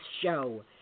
Show